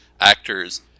actors